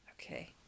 Okay